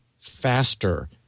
faster